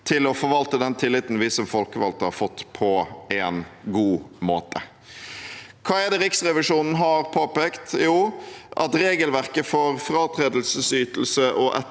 til å forvalte den tilliten vi som folkevalgte har fått, på en god måte. Hva er det Riksrevisjonen har påpekt? Jo, at regelverket for fratredelsesytelse og etterlønn